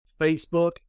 Facebook